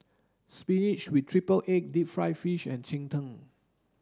spinach with triple egg deep fried fish and cheng tng